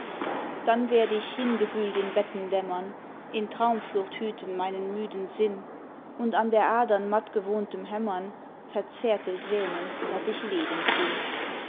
dann werd ich hingewühlt in betten dämmern in traumflucht hüten meinen müden sinn und an der adern matt gewohntem hämmern verzärtelt wähnen daß ich lebend bin